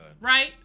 Right